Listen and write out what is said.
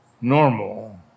normal